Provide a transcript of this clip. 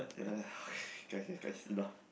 ya lah lor